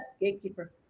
gatekeeper